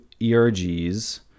ERGs